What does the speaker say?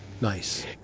Nice